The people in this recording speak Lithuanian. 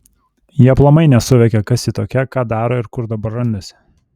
ji aplamai nesuvokia kas ji tokia ką daro ir kur dabar randasi